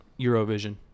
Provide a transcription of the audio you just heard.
Eurovision